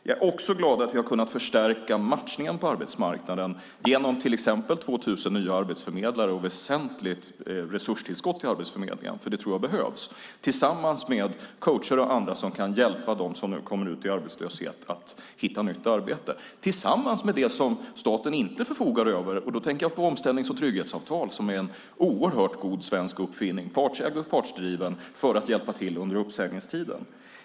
Jag är också glad åt att vi har kunnat förstärka matchningen på arbetsmarknaden genom till exempel 2 000 nya arbetsförmedlare och ett väsentligt resurstillskott till Arbetsförmedlingen, för det tror jag behövs, tillsammans med coacher och andra som kan hjälpa dem som kommer ut i arbetslöshet att hitta nytt arbete. Detta sker tillsammans med det som staten inte förfogar över. Då tänker jag på omställnings och trygghetsavtalen, som är en oerhört god svensk uppfinning, partsägd och partsdriven, för att hjälpa till under uppsägningstiden.